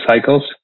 Cycles